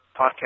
podcast